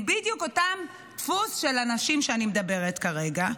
היא בדיוק באותו דפוס של הנשים שאני מדברת עליהן כרגע,